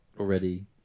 already